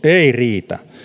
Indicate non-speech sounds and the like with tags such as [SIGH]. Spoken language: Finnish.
[UNINTELLIGIBLE] ei riitä